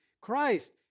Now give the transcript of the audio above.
Christ